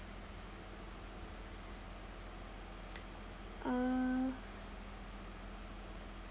um